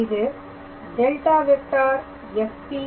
இது ∇⃗⃗ fP123 2